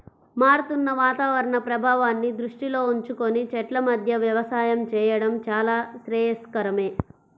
మారుతున్న వాతావరణ ప్రభావాన్ని దృష్టిలో ఉంచుకొని చెట్ల మధ్య వ్యవసాయం చేయడం చాలా శ్రేయస్కరమే